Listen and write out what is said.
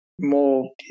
More